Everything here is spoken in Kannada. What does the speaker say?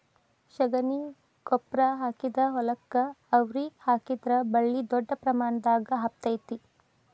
ಶಗಣಿ ಗೊಬ್ಬ್ರಾ ಹಾಕಿದ ಹೊಲಕ್ಕ ಅವ್ರಿ ಹಾಕಿದ್ರ ಬಳ್ಳಿ ದೊಡ್ಡ ಪ್ರಮಾಣದಾಗ ಹಬ್ಬತೈತಿ